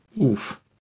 oof